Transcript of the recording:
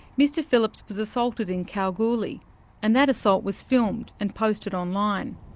mr phillips was assaulted in kalgoorlie and that assault was filmed and posted online.